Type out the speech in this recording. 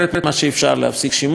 להפסיק שימוש במה שאפשר,